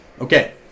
Okay